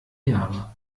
jahre